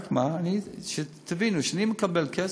רק מה, תבינו, כשאני מקבל כסף,